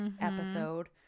episode